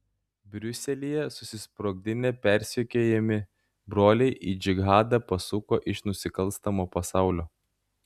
briuselyje susisprogdinę persekiojami broliai į džihadą pasuko iš nusikalstamo pasaulio